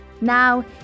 Now